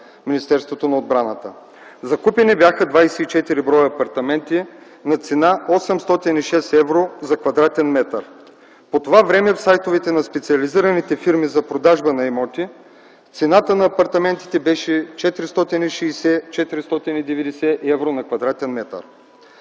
Министерство на отбраната. Закупени бяха 24 броя апартаменти на цена 806 евро за кв. м. По това време в сайтовете на специализираните фирми за продажба на имоти цената на апартаментите беше 460 490 евро на кв. м.